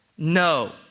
No